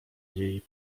jej